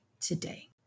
today